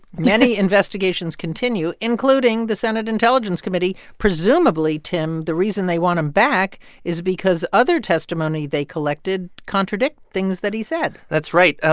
many investigations continue, including the senate intelligence committee. presumably, tim, the reason they want him back is because other testimony they collected contradict things that he said that's right. ah